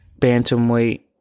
Bantamweight